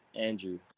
Andrew